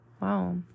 Wow